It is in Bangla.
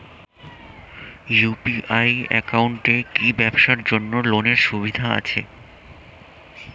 ইউ.পি.আই একাউন্টে কি ব্যবসার জন্য লোনের সুবিধা আছে?